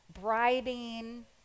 bribing